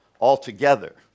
altogether